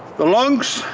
the lungs,